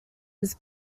his